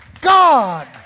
God